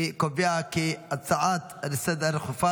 אני קובע כי ההצעה לסדר-היום הדחופה